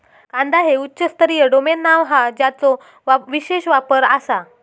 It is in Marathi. कांदा हे उच्च स्तरीय डोमेन नाव हा ज्याचो विशेष वापर आसा